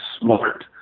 smart